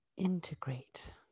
integrate